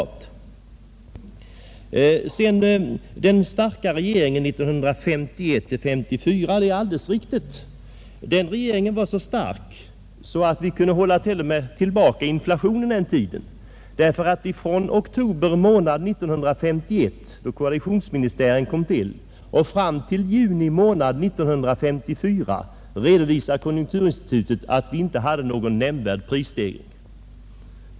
Det är alldeles riktigt att vi här i Sverige hade en stark regering 1951-1954. Den regeringen var så stark att vi t.o.m. kunde hålla tillbaka inflationen under en tid. Från oktober 1951 då koalitionsministären kom till, och fram till juni 1954, hade vi enligt konjunkturinstitutets redovisning inte någon nämnvärd prisstegring.